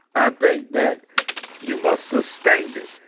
i think that you must sustain it.